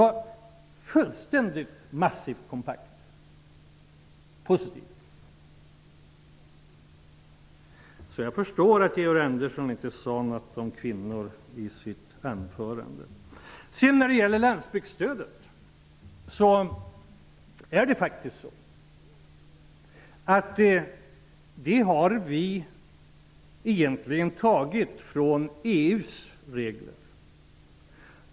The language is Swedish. Det förslaget fick ett kompakt positivt mottagande. Jag förstår därför att Georg Andersson inte sade något om kvinnor i sitt anförande. Landsbygdsstödet har vi egentligen tagit från EU:s regler.